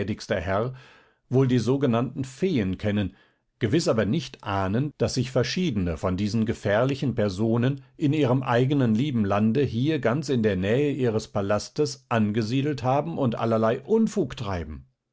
herr wohl die sogenannten feen kennen gewiß aber nicht ahnen daß sich verschiedene von diesen gefährlichen personen in ihrem eignen lieben lande hier ganz in der nähe ihres palastes angesiedelt haben und allerlei unfug treiben